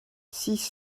six